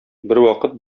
бервакыт